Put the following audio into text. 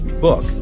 book